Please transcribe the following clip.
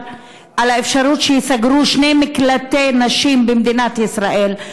שייסגרו שני מקלטי נשים במדינת ישראל,